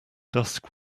dusk